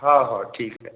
हाँ हाँ ठीक है